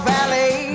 Valley